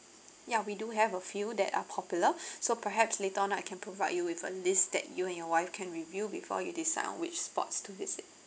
yeah we do have a few that are popular so perhaps later on I can provide you with a list that you and your wife can review before you decide on which spots to visit